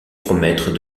promettre